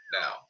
now